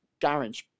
Garage